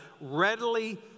readily